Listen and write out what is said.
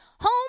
Home